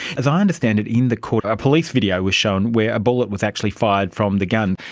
as i understand it, in the court a police video was shown where a bullet was actually fired from the gun.